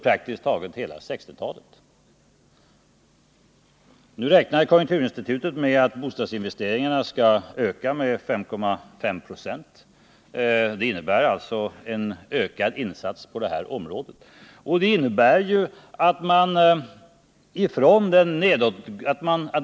Konjunkturinstitutet räknar nu med att bostadsinvesteringarna skall öka med 5,5 96 1980. Det innebär en förstärkt insats på detta område.